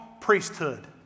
priesthood